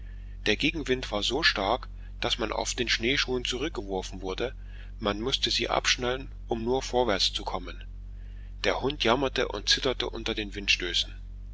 der gegenwind war so stark daß man auf den schneeschuhen zurückgeworfen wurde man mußte sie abschnallen um nur vorwärtszukommen der hund jammerte und zitterte unter den windstößen